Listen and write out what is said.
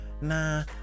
Nah